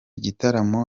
gitaramo